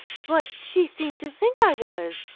but she seemed to think i was.